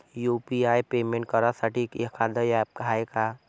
UPI payment करासाठी एखांद app हाय का?